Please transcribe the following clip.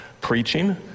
preaching